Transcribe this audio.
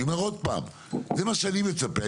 אני אומר שוב שזה מה שאני מצפה.